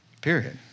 Period